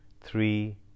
three